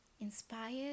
inspired